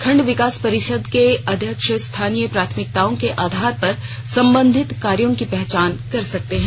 खंड विकास परिषद के अध्यक्ष स्थानीय प्राथमिकताओं के आधार पर संबंधित कार्यों की पहचान कर सकते हैं